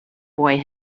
boy